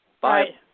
Bye